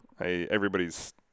Everybody's